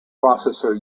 processor